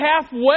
halfway